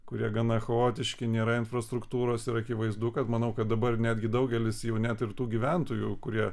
kurie gana chaotiški nėra infrastruktūros ir akivaizdu kad manau kad dabar netgi daugelis jau net ir tų gyventojų kurie